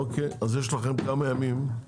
אוקיי אז יש לכם כמה ימים, אוקיי?